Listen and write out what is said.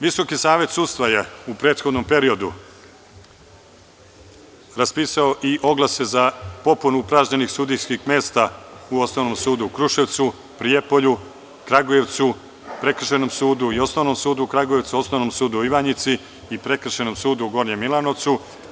Visoki savet sudstva je u prethodnom periodu raspisao i oglase za popunu upražnjenih sudijskih mesta u Osnovnom sudu u Kruševcu, Prijepolju, Kragujevcu, Prekršajnom sudu i Osnovnom sudu u Kragujevcu, Osnovnom sudu u Ivanjici i Prekršajnom sudu u Gornjem Milanovcu.